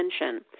attention